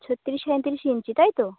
ছত্রিশ সাঁইত্রিশ ইঞ্চি তাই তো